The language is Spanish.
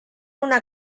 una